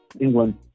England